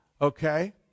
Okay